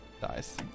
dies